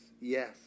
yes